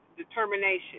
Determination